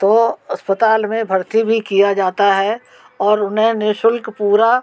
तो अस्पताल में भर्ती भी किया जाता है और उन्हें निशुल्क पूरी